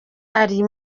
ari